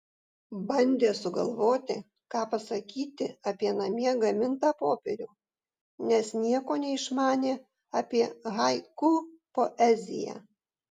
bandė sugalvoti ką pasakyti apie namie gamintą popierių nes nieko neišmanė apie haiku poeziją